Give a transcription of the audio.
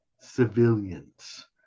civilians